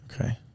Okay